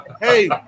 Hey